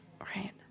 Right